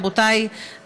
רבותי,